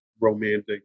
romantic